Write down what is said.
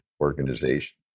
organization